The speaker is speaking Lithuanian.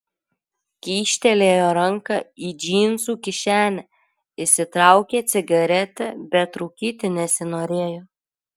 kyštelėjo ranką į džinsų kišenę išsitraukė cigaretę bet rūkyti nesinorėjo